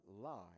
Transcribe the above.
lie